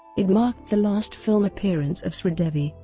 it marked the last film appearance of sridevi,